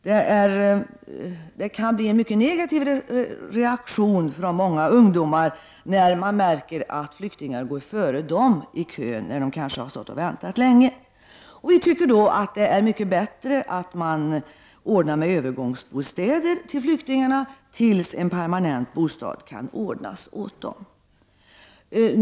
Det kan bli en mycket negativ reaktion hos många ungdomar när de märker att flyktingar går före dem i kön när de kanske har väntat länge. Vi tycker att det är bättre att ordna övergångsbostäder till flyktingar tills en permanent bostad kan ordnas åt dem.